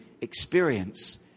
experience